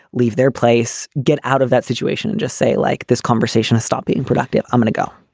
leave their place. get out of that situation and just say, like this conversation is stop being productive. i'm going to go